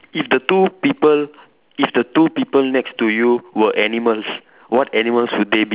if the two people if the two people next to you were animals what animals would they be